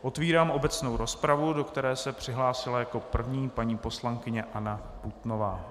Otvírám obecnou rozpravu, do které se přihlásila jako první paní poslankyně Anna Putnová.